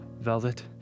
Velvet